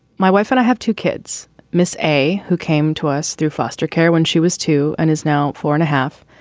my wife and i have two kids, miss a who came to us through foster care when she was two and is now four and a half.